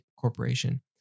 Corporation